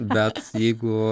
bet jeigu